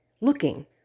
looking